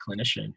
clinician